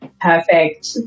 Perfect